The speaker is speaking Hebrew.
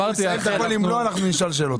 אמרתי, אם לא, אנחנו נשאל שאלות.